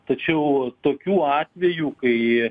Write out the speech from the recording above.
tačiau tokių atvejų kai